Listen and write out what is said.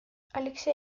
алексей